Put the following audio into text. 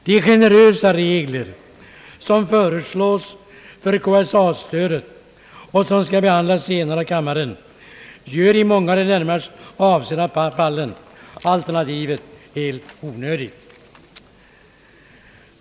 De generösa regler som föreslås för KSA stödet och som skall behandlas senare av kammaren gör i många av de avsedda fallen alternativet helt onödigt.